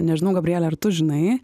nežinau gabriele ar tu žinai